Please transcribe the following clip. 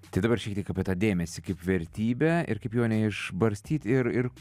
tai dabar šiek tiek apie tą dėmesį kaip vertybę ir kaip jo neišbarstyti ir ir